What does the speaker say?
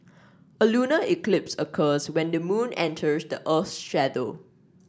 a lunar eclipse occurs when the moon enters the earth's shadow